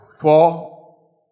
four